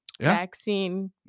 vaccine